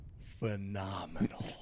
Phenomenal